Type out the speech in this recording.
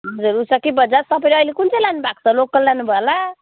हजुर उषा कि बजाज तपाईँले अहिले कुन चाहिँ लानु भएको छ लोकल लानु भयो होला